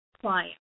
client